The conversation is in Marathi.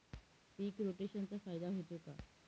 पीक रोटेशनचा फायदा होतो का?